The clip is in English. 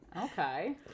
okay